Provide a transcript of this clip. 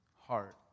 heart